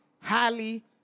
highly